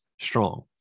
strong